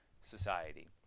society